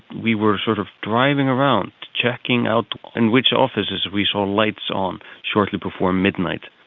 we were sort of driving around, checking out in which offices we saw lights on, shortly before midnight.